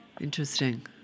Interesting